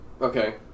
Okay